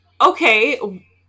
okay